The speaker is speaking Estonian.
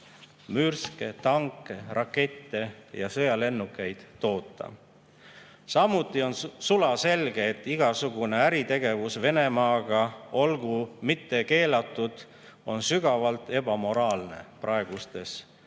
mürske, tanke, rakette ja sõjalennukeid toota. Samuti on sulaselge, et igasugune äritegevus Venemaaga olgu mitte keelatud, vaid ka [tunnistatud] sügavalt ebamoraalseks praegustes